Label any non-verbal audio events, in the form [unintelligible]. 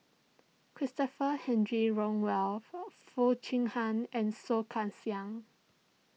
Christopher [unintelligible] Rothwell Foo Chee Han and Soh Kay Siang